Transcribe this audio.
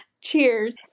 Cheers